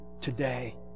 today